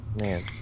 Man